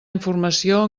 informació